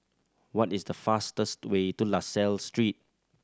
what is the fastest way to La Salle Street